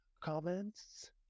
comments